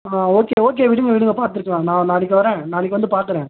ஆ okay okay விடுங்க விடுங்க பார்த்துக்கலாம் நான் நாளைக்கு வரேன் நாளைக்கு வந்து பார்க்குறேன்